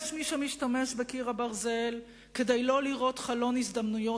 יש מי שמשתמש בקיר הברזל כדי לא לראות חלון הזדמנויות,